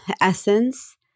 essence